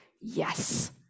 yes